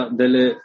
delle